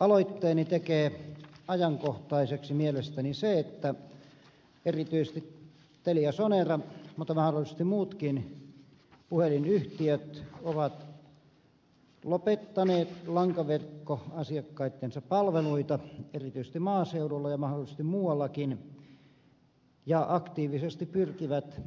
aloitteeni tekee ajankohtaiseksi mielestäni se että erityisesti teliasonera mutta mahdollisesti muutkin puhelinyhtiöt ovat lopettaneet lankaverkkoasiakkaittensa palveluita erityisesti maaseudulla ja mahdollisesti muuallakin ja aktiivisesti pyrkivät